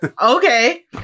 okay